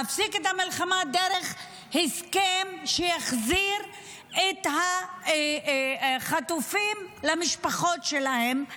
להפסיק את המלחמה דרך הסכם שיחזיר את החטופים למשפחות שלהם.